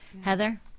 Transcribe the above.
Heather